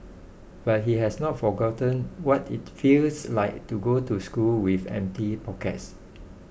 but he has not forgotten what it feels like to go to school with empty pockets